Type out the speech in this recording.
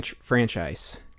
franchise